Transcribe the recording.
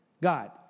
God